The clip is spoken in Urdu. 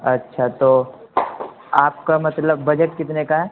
اچھا تو آپ کا مطلب بجٹ کتنے کا ہے